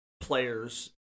players